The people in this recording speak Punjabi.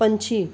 ਪੰਛੀ